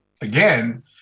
again